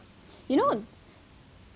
you know